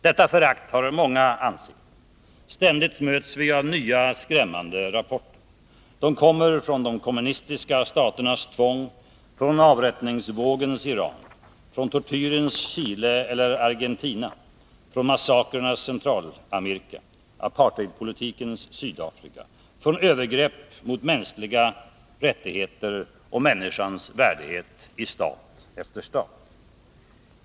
Detta förakt har många ansikten. Ständigt möts vi av nya skrämmande rapporter. De kommer från de kommunistiska staternas tvång, från avrättningsvågens Iran, från tortyrens Chile eller Argentina, från massakrernas Centralamerika, apartheidpolitikens Sydafrika, från övergrepp mot mänskliga rättigheter och människans värdighet i stat efter stat.